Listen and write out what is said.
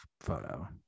photo